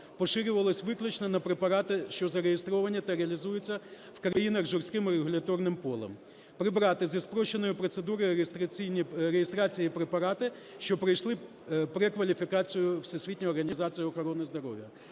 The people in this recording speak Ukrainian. поширювалась виключно на препарати, що зареєстровані та реалізуються в країнах з жорстким регуляторним полем; прибрати зі спрощеної процедури реєстрації препарати, що пройшли перекваліфікацію Всесвітньої організації хорони здоров'я.